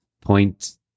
Point